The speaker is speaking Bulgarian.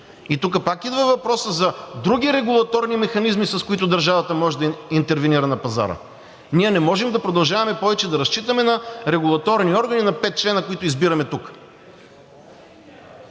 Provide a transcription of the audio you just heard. И тук пак идва въпросът за други регулаторни механизми, с които държавата може да интервенира на пазара. Ние не може да продължаваме повече да разчитаме на регулаторни органи на пет членове, които избираме тук.